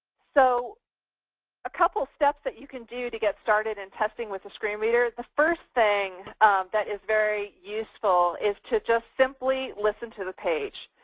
so a couple of steps that you can do to get started would and testing with a screen reader the first thing that is very useful is to just simply listen to the page.